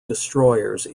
destroyers